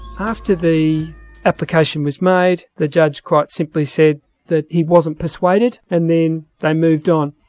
after the application was made, the judge quite simply said that he wasn't persuaded and then they moved on.